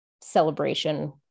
celebration